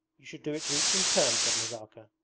you should do it to each in turn said nazarka.